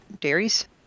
dairies